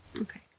Okay